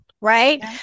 Right